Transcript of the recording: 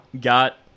got